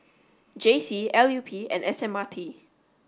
J C L U P and S M R T